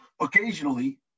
occasionally